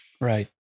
Right